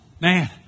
Man